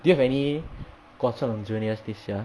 do you have any 国政 juniors this year